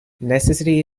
necessity